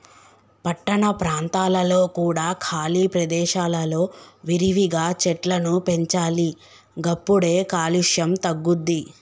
పట్టణ ప్రాంతాలలో కూడా ఖాళీ ప్రదేశాలలో విరివిగా చెట్లను పెంచాలి గప్పుడే కాలుష్యం తగ్గుద్ది